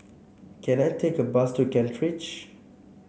can I take a bus to Kent Ridge